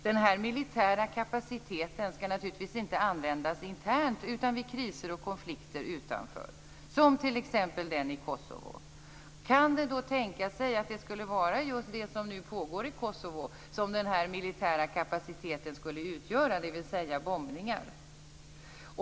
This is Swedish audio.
Den här militära kapaciteten skall naturligtvis inte användas internt utan vid kriser och konflikter utanför, som t.ex. den i Kosovo. Kan det då tänkas att just det som nu pågår i Kosovo utgör denna militära kapacitet, dvs. bombningar?